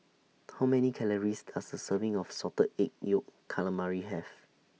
How Many Calories Does A Serving of Salted Egg Yolk Calamari Have